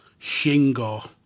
Shingo